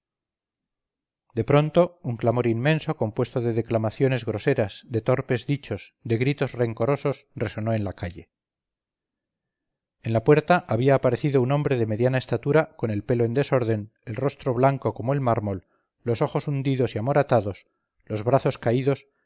de pronto un clamor inmenso compuesto de declamaciones groseras de torpes dichos de gritos rencorosos resonó en la calle en la puerta había aparecido un hombre de mediana estatura con el pelo en desorden el rostro blanco como el mármol los ojos hundidos y amoratados los brazos caídos